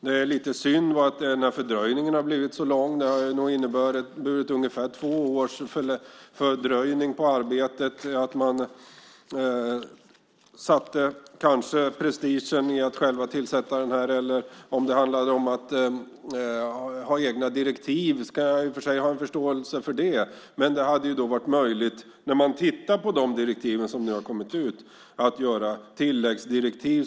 Det är lite synd att denna fördröjning har blivit så lång. Det har inneburit ungefär två års fördröjning på arbetet. Man satte kanske prestige i att själv tillsätta den. Om det handlade om att ha egna direktiv har jag i och för sig förståelse för det. Men det hade varit möjligt, när man ser de direktiv som nu har kommit, att göra tilläggsdirektiv.